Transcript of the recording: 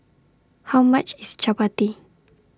How much IS Chapati